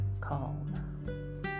calm